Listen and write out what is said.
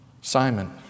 Simon